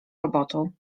robotą